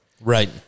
Right